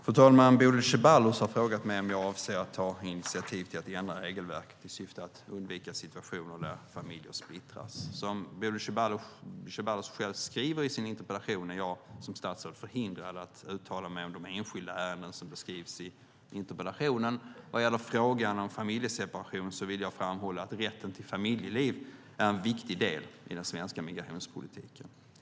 Fru talman! Bodil Ceballos har frågat mig om jag avser att ta initiativ till att ändra regelverket i syfte att undvika situationer där familjer splittras. Som Bodil Ceballos själv skriver i sin interpellation är jag som statsråd förhindrad att uttala mig om de enskilda ärenden som beskrivs i interpellationen. Vad gäller frågan om familjeseparation vill jag framhålla att rätten till familjeliv är en viktig del i den svenska migrationspolitiken.